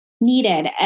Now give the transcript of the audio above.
needed